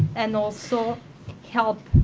and also help